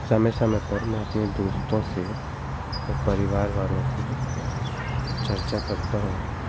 समय समय पर मैं अपने दोस्तों से और परिवार वालों से चर्चा करता हूँ